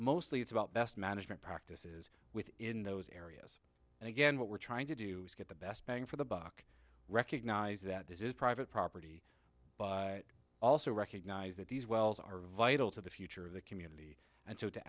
mostly it's about best management practices within those areas and again what we're trying to do is get the best bang for the buck recognise that this is private property but also recognise that these wells are vital to the future of the community and so to